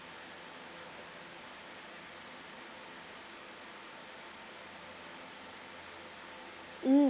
mm